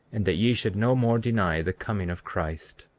and that ye should no more deny the coming of christ